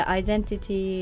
identity